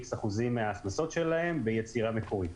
איקס אחוזים מההכנסות שלהם ביצירה מקורית.